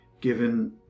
given